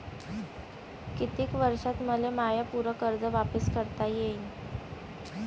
कितीक वर्षात मले माय पूर कर्ज वापिस करता येईन?